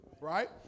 right